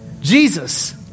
Jesus